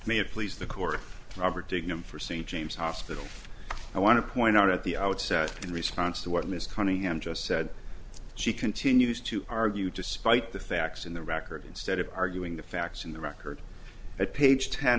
may have please the court robert dignam for st james hospital i want to point out at the outset in response to what ms cunningham just said she continues to argue despite the facts in the record instead of arguing the facts in the record at page ten